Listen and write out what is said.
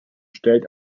stellt